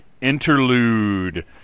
interlude